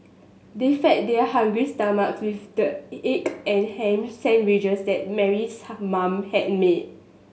they fed their hungry stomachs with the and ham sandwiches that Mary's mom had made